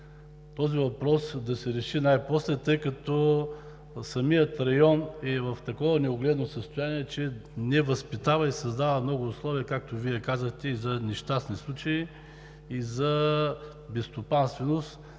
този въпрос да се реши най-после, тъй като самият район е в такова неугледно състояние, че не възпитава, и създава много условия, както Вие казахте, и за нещастни случаи, и за безстопанственост,